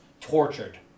tortured